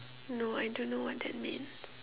no I don't know what that means